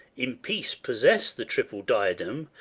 in peace possess the triple diadem,